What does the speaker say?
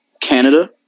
Canada